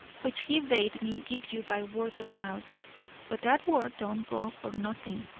which he bade me give you by word of mouth but that word don't go for nothing.